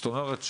זאת אומרת,